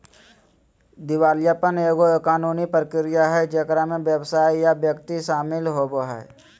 दिवालियापन एगो कानूनी प्रक्रिया हइ जेकरा में व्यवसाय या व्यक्ति शामिल होवो हइ